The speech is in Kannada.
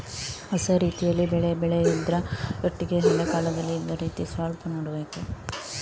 ಹೊಸ ರೀತಿಯಲ್ಲಿ ಬೆಳೆ ಬೆಳೆಯುದ್ರ ಒಟ್ಟಿಗೆ ಹಳೆ ಕಾಲದಲ್ಲಿ ಇದ್ದ ರೀತಿ ಸ್ವಲ್ಪ ನೋಡ್ಬೇಕು